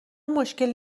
مشکلی